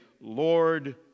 Lord